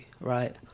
right